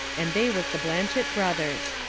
and they was the blanchet brothers.